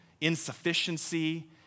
insufficiency